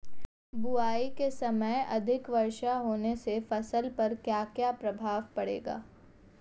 बुआई के समय अधिक वर्षा होने से फसल पर क्या क्या प्रभाव पड़ेगा?